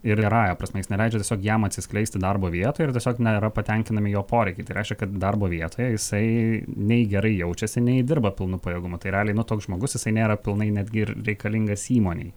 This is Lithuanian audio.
ir gerąja prasme jis neleidžia tiesiog jam atsiskleisti darbo vietoje ir tiesiog nėra patenkinami jo poreikiai tai reiškia kad darbo vietoje jisai nei gerai jaučiasi nei dirba pilnu pajėgumu tai realiai nu toks žmogus jisai nėra pilnai netgi ir reikalingas įmonei